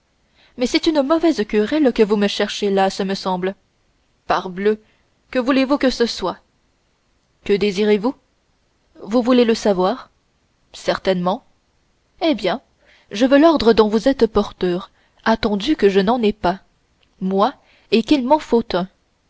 mais c'est une mauvaise querelle que vous me cherchez là ce me semble parbleu que voulez-vous que ce soit que désirez-vous vous voulez le savoir certainement eh bien je veux l'ordre dont vous êtes porteur attendu que je n'en ai pas moi et qu'il m'en faut